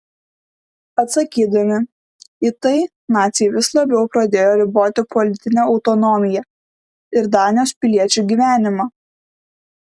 atsakydami į tai naciai vis labiau pradėjo riboti politinę autonomiją ir danijos piliečių gyvenimą